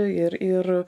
ir ir